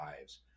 lives